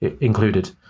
included